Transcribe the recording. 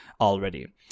already